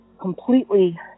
completely